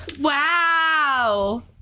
Wow